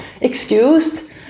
excused